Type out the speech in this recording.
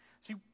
See